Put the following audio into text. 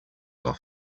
off